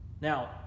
now